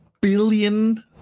billion